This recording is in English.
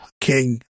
King